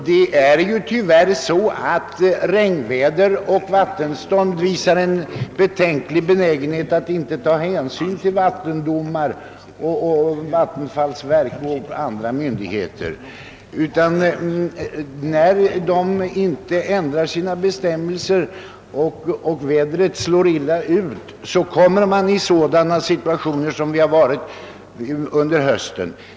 Det är tyvärr så, att regnväder och vattenstånd visar en betänklig obenä: genhet att ta hänsvn till vattendemar, vattenfallsverket och andra höga myndigheter. Om vädret blir besvärligt och bestämmelserna inte kan rubbas kommer vi i sådana situationer som vi haft senast under denna höst.